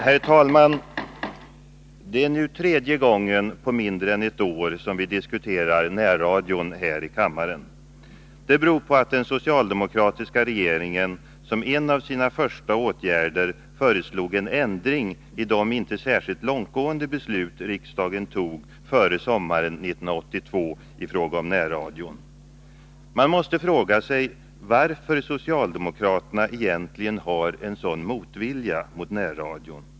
Herr talman! Det är nu tredje gången på mindre än ett år som vi diskuterar närradion här i kammaren. Det beror på att den socialdemokratiska regeringen som en av sina första åtgärder föreslog en ändringi de inte särskilt långtgående beslut riksdagen tog före sommaren 1982 i fråga om närradion. Man måste fråga sig varför socialdemokraterna egentligen har en sådan motvilja mot närradion.